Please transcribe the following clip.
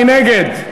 מי נגד?